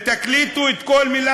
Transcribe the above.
אדוני.